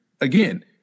again